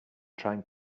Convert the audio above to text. trying